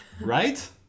Right